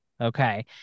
Okay